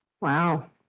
Wow